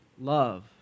love